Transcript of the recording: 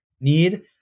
need